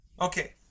Okay